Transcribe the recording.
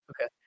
Okay